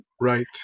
right